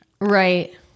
Right